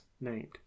named